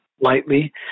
lightly